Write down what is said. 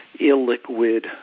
illiquid